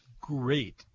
great